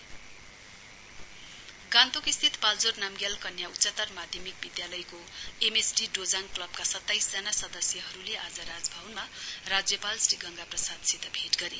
governor Gangtok स्थित पाल्जोर नाम्गेल कन्या उच्चतर माध्यमिक विधालयको एमएसडी डोजाङ क्लबका सत्ताइस जना सदस्यहरुले आज राजभवनमा राज्यपाल श्री गंगा प्रसादसित भेट गर्यो